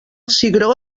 cigró